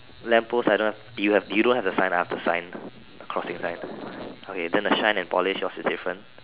lamp post I know you have you don't have the sign ah I have the sign the crossing sign okay then the shine and polish what's the difference